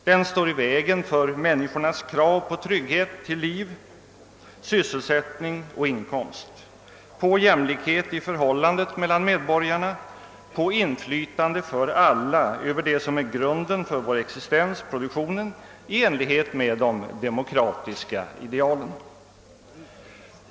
Den står i vägen för människornas krav på trygghet till liv, 'sysselsättning och inkomst, på jänilikhet'i förhållandet mellan medborgarna, på inflytande för alla över det som är grunden för vår existens, produktionen, i enlighet med de demokratiska idealen.